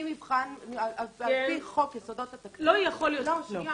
המבחן שלי על פי חוק יסודות התקציב לא מאפשר לי.